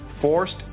forced